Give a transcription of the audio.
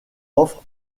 offre